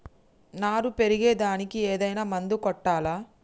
నారు పెరిగే దానికి ఏదైనా మందు కొట్టాలా?